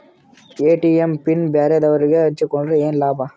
ATM pin ಬ್ಯಾರೆದವರಗೆ ಹಂಚಿಕೊಂಡರೆ ಏನು ಲಾಭ?